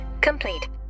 complete